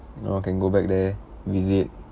oh can go back there visit